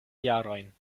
jarojn